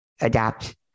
adapt